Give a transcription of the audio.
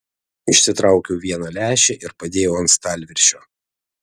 išsitraukiau vieną lęšį ir padėjau ant stalviršio